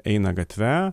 eina gatve